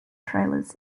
trailers